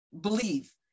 believe